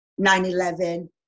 9-11